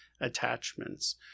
attachments